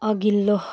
अघिल्लो